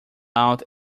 out